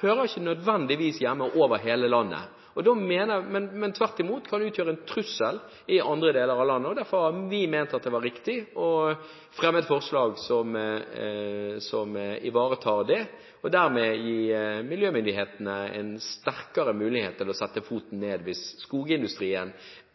hører hjemme over hele landet, men tvert imot kan utgjøre en trussel i andre deler av landet. Derfor har vi ment det var riktig å fremme et forslag som ivaretar dette, og dermed gi miljømyndighetene en sterkere mulighet til å sette foten ned hvis skogsindustrien